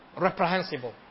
reprehensible